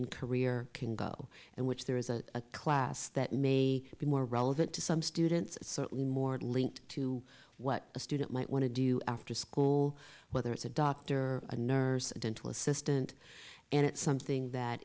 and career can go and which there is a class that may be more relevant to some students certainly more linked to what a student might want to do after school whether it's a doctor a nurse a dental assistant and it's something that